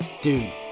Dude